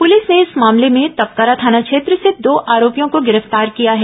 police ने इस मामले में तपकरा थाना क्षेत्र से दो आरोपियों को गिरफ्तार किया है